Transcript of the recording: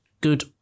good